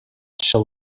she